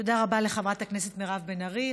תודה רבה לחברת הכנסת מירב בן ארי.